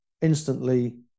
instantly